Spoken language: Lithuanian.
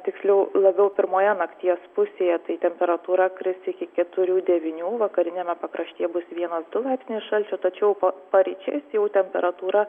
tiksliau labiau pirmoje nakties pusėje tai temperatūra kris iki keturių devynių vakariniame pakraštyje bus vienas du laipsniai šalčio tačiau pa paryčiais jau temperatūra